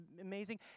amazing